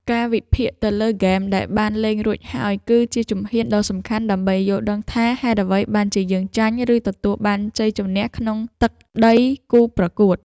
ការវិភាគទៅលើហ្គេមដែលបានលេងរួចហើយគឺជាជំហានដ៏សំខាន់ដើម្បីយល់ដឹងថាហេតុអ្វីបានជាយើងចាញ់ឬទទួលបានជ័យជម្នះក្នុងទឹកដីគូប្រកួត។